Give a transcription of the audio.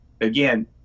Again